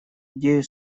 идею